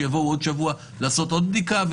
שיבואו עוד שבוע לעשות עוד בדיקה,